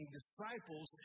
disciples